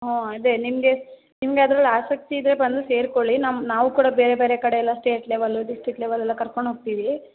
ಹ್ಞೂ ಅದೇ ನಿಮಗೆ ನಿಮಗೆ ಅದ್ರಲ್ಲಿ ಆಸಕ್ತಿ ಇದ್ದರೆ ಬಂದು ಸೇರ್ಕೊಳ್ಳಿ ನಮ್ಮ ನಾವು ಕೂಡ ಬೇರೆ ಬೇರೆ ಕಡೆ ಎಲ್ಲ ಸ್ಟೇಟ್ ಲೆವೆಲ್ಲು ಡಿಸ್ಟ್ರಿಕ್ ಲೆವೆಲ್ ಎಲ್ಲ ಕರ್ಕೊಂಡು ಹೋಗ್ತಿವಿ